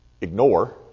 ignore